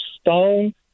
stone